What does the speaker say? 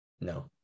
No